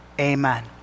Amen